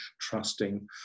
trusting